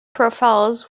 profiles